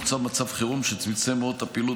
נוצר מצב חירות שצמצם מאוד את הפעילות